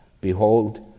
Behold